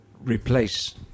replace